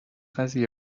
قضیه